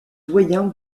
doyen